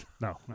No